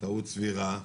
'טעות סבירה'.